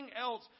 else